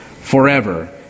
forever